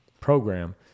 program